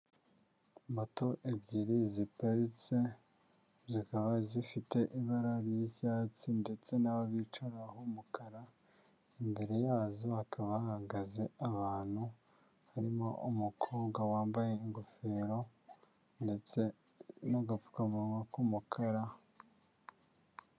Moto ebyiri ziparitse, zikaba zifite ibara ry'icyatsi ndetse naho bicara h'umukara, imbere yazo hakaba ahahagaze ahantu, harimo umukobwa wambaye ingofero ndetse n'agapfukamunwa k'umukara.